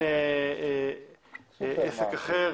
עסק אחר